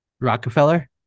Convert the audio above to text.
Rockefeller